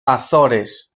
azores